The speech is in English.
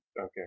okay